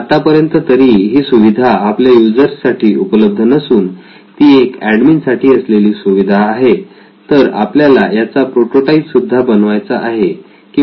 आत्तापर्यंत तरी ही सुविधा आपल्या युजर्स साठी उपलब्ध नसून ती एक एडमीन साठी असलेली सुविधा आहे तर आपल्याला याचा प्रोटोटाइप सुद्धा बनवायचा आहे किंवा